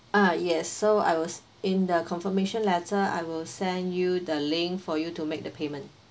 ah yes so I was in the confirmation letter I will send you the link for you to make the payment